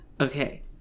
Okay